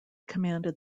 commanded